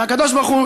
מהקדוש-ברוך-הוא,